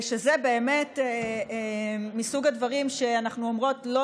זה באמת מסוג הדברים שאנחנו אומרות שלא